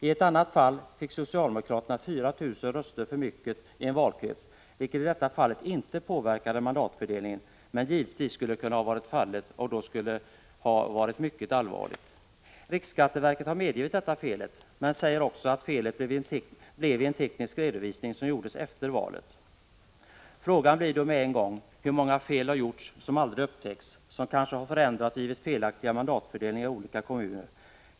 I ett annat fall fick socialdemokraterna fyra tusen röster för mycket i en valkrets, vilket i det fallet inte påverkade mandatfördelningen. Men givetvis skulle detta ha kunnat vara fallet, och då skulle det ha varit mycket allvarligt. Riksskatteverket har medgivit detta fel, men säger också att felet uppstod i en teknisk redovisning som gjordes efter valet. Frågan blir då med en gång: Hur många fel har gjorts som aldrig upptäcks, som kanske har förändrat resultatet och givit felaktiga mandatfördelningar i olika kommuner?